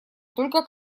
только